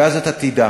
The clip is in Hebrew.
ואז אתה תדע.